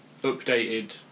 updated